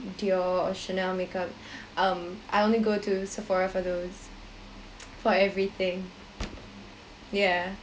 Dior or Chanel makeup um I only go to sephora for those for everything yeah